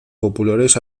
populares